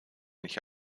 nicht